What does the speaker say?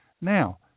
Now